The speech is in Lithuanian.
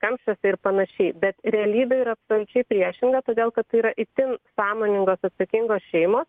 kamščiuose ir panašiai bet realybė yra absoliučiai priešinga todėl kad tai yra itin sąmoningos atsakingos šeimos